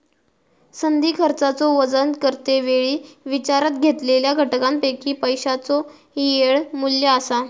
संधी खर्चाचो वजन करते वेळी विचारात घेतलेल्या घटकांपैकी पैशाचो येळ मू्ल्य असा